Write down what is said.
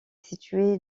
situé